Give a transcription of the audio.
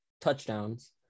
touchdowns